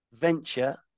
venture